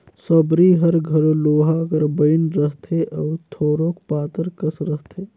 सबरी हर घलो लोहा कर बइन रहथे अउ थोरोक पातर कस रहथे